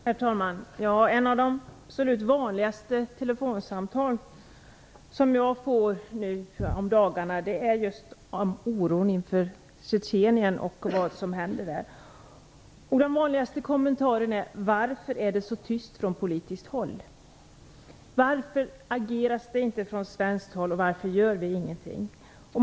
Herr talman! En av de absolut vanligaste typerna av telefonsamtal som jag nu får gäller det som händer i Tjetjenien. De vanligaste kommentarerna är: Varför är det så tyst från politikerna? Varför ageras det inte från svenskt håll? Varför gör vi ingenting?